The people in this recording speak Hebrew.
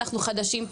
אנחנו חדשים.